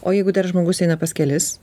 o jeigu dar žmogus eina pas kelis